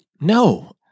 No